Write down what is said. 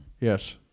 Yes